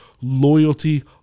loyalty